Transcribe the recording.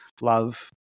love